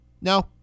No